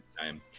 time